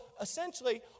essentially